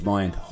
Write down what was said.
Mind